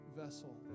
vessel